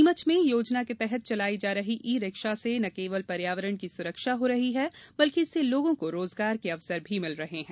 नीमच में योजना के तहत चलाई जा रही ई रिक्शा से न केवल पर्यावरण की सुरक्षा हो रही है बल्कि इससे लोगों को रोजगार के अवसर भी मिल रहे हैं